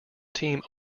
team